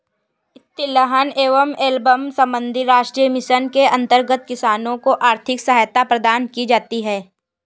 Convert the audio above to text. तिलहन एवं एल्बम संबंधी राष्ट्रीय मिशन के अंतर्गत किसानों को आर्थिक सहायता प्रदान की जाती है